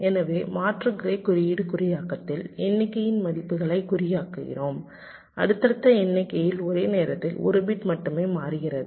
எனவே மாற்று க்ரே குறியீடு குறியாக்கத்தில் எண்ணிக்கையின் மதிப்புகளை குறியாக்குகிறோம் அடுத்தடுத்த எண்ணிக்கையில் ஒரே நேரத்தில் ஒரு பிட் மட்டுமே மாறுகிறது